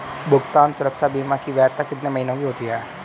भुगतान सुरक्षा बीमा की वैधता कितने महीनों की होती है?